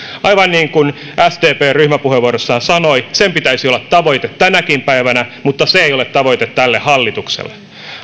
aivan niin kuin sdp ryhmäpuheenvuorossaan sanoi sen pitäisi olla tavoite tänäkin päivänä mutta se ei ole tavoite tälle hallitukselle